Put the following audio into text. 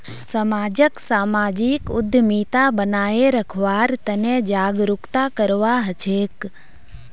समाजक सामाजिक उद्यमिता बनाए रखवार तने जागरूकता करवा हछेक